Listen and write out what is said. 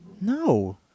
No